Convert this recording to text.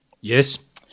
Yes